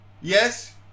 yes